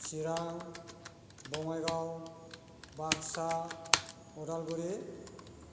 Chirang Bongaigaon Baksa Udalguri